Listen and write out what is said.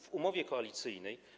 W umowie koalicyjnej.